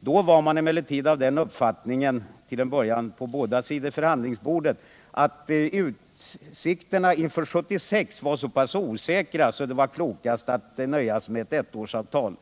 Då var man emellertid till en början av den uppfattningen på båda sidor om förhandlingsbordet att utsikterna inför 1976 var så pass osäkra att det var klokast att nöja sig med ett ettårsavtal.